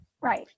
Right